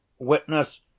witness